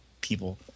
people